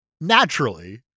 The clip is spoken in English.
naturally